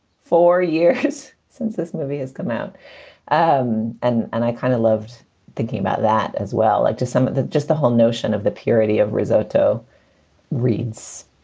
four years since this movie has come out um and and i kind of loved thinking about that as well. like to some of that, just the whole notion of the purity of risotto reads